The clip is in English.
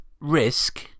risk